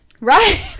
Right